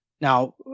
Now